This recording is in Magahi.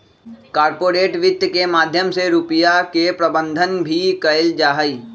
कार्पोरेट वित्त के माध्यम से रुपिया के प्रबन्धन भी कइल जाहई